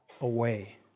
away